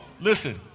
listen